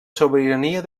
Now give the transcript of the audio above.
sobirania